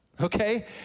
okay